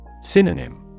Synonym